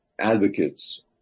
advocates